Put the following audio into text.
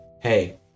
hey